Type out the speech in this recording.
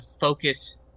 focus